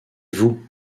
vous